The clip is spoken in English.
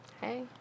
Hey